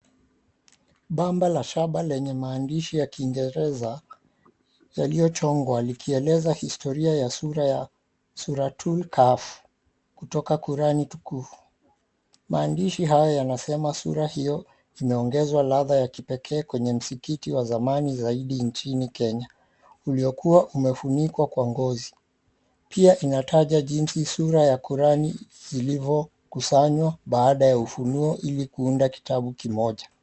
Bamba la shamba lenye maandidhi ya kiingereza yaliyo chongwa. Yakielezea historia ya sura Turkaf kutoka Koran tukufu. Maandishi haya yanasema sura hiyo imeongezwa radhaa ya kipekee kwenye msikiti wa zamani zaidi. Nchini Kenya. Uliokuwa umefunikwa kwa ngozi. Pia inataja jinsi sura ya Korani zilivyokusanywa baada ya ufunuo .Ili kuunda kitabu kimoja.